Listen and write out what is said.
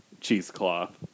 cheesecloth